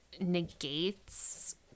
negates